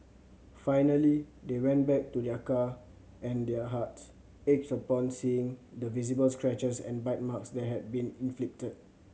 finally they went back to their car and their hearts ached upon seeing the visible scratches and bite marks that had been inflicted